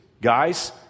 Guys